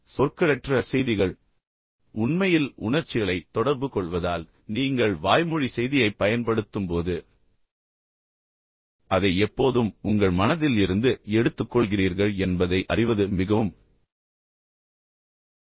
பின்னர் சொற்களற்ற செய்திகள் உண்மையில் உணர்ச்சிகளைத் தொடர்புகொள்வதால் நீங்கள் வாய்மொழி செய்தியைப் பயன்படுத்தும்போது அதை எப்போதும் உங்கள் மனதில் இருந்து எடுத்துக்கொள்கிறீர்கள் என்பதை அறிவது மிகவும் முக்கியமானது